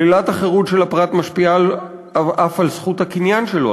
שלילת החירות של הפרט משפיעה אף על זכות הקניין שלו,